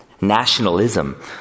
nationalism